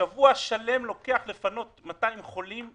שבוע שלם לוקח לפנות 200 חולים.